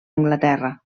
anglaterra